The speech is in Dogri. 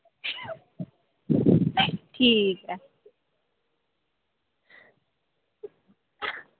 ठीक ऐ